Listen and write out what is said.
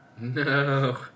No